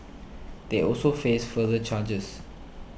they also face further charges